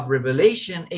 Revelation